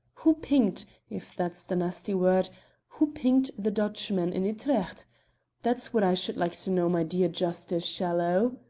who pinked if that's the nasty word who pinked the dutchman in utrecht that's what i should like to know, my dear justice shallow.